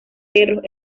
perros